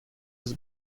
eus